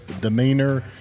demeanor